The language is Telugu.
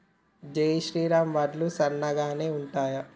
జై శ్రీరామ్ వడ్లు సన్నగనె ఉంటయా?